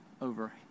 over